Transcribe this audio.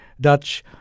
Dutch